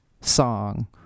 song